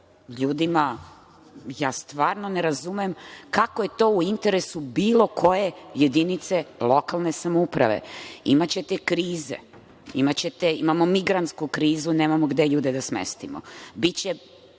ljudima, stvarno ne razumem kako je to u interesu bilo koje jedinice lokalne samouprave. Imaćete krize, imamo migrantsku krizu, nemamo gde ljude da smestimo. Biće,